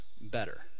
better